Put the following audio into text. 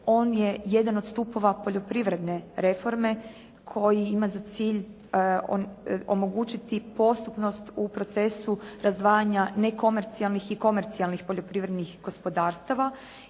On je jedan od stupova poljoprivredne reforme koji ima za cilj omogućiti postupnost u procesu razdvajanja nekomercijalnih i komercijalnih poljoprivrednih gospodarstava